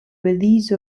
release